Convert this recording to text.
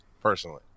personally